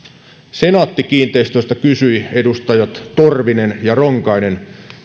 senaatti kiinteistöistä kysyivät edustajat torvinen ja ronkainen